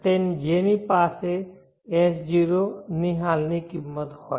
જેથી તેની પાસે S0 ની હાલની કિંમત હોય